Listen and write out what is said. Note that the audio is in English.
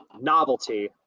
novelty